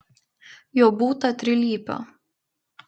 jo būta trilypio